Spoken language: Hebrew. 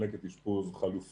מחלקת אשפוז חלופי